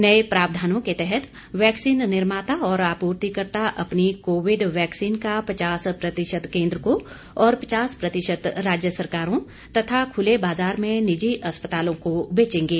नए प्रावधानों के तहत यैक्सीन निर्माता और आपूर्तिकर्ता अपनी कोविड यैक्सीन का पचास प्रतिशत केन्द्र को और पचास प्रतिशत राज्य सरकारों तथा खुले बाजार में निजी अस्पतालों को बेचेंगे